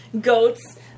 goats